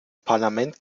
parlament